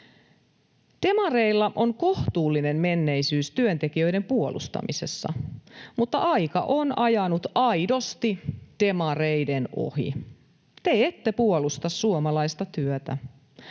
Demareilla on kohtuullinen menneisyys työntekijöiden puolustamisessa, mutta aika on ajanut aidosti demareiden ohi. Te ette puolusta suomalaista työtä.